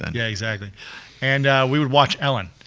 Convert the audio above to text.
and yeah exactly and we would watch ellen.